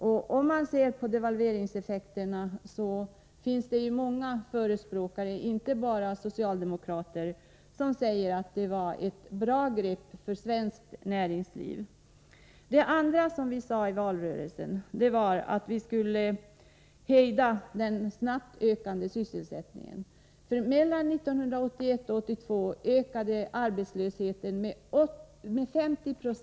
När det gäller devalveringseffekterna säger många förespråkare för denna politik, inte bara socialdemokrater, att det var ett bra grepp för svenskt näringsliv. Den andra åtgärden som vi talade om i valrörelsen gällde att hejda den snabbt ökande arbetslösheten, för från 1981 till 1982 ökade arbetslösheten med 50 20.